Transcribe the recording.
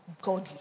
godly